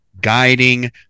guiding